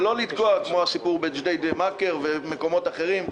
ולא לתקוע כמו בסיפור בג'דיידה מאכר ומקומות אחרים,